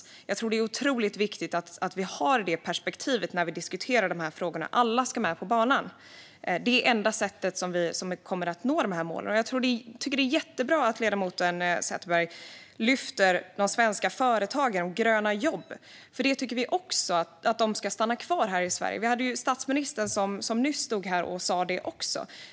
Det är otroligt viktigt att vi har det perspektivet när vi diskuterar de här frågorna. Alla ska med på banan. Det är enda sättet som vi kommer att nå målen på. Det är jättebra att ledamoten Sätherberg lyfter fram de svenska företagen och gröna jobb. Vi tycker också att de ska stanna kvar här i Sverige. Statsministern stod också nyss här och sa det.